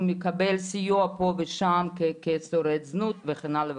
הוא מקבל סיוע פה ושם כשורד זנות וכן הלאה,